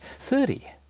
thirty!